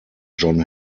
john